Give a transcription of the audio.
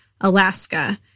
Alaska